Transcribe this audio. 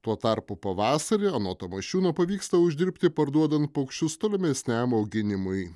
tuo tarpu pavasarį anot tamošiūno pavyksta uždirbti parduodant paukščius tolimesniam auginimui